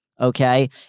okay